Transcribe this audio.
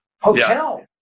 hotel